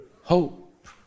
Hope